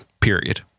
period